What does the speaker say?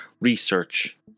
research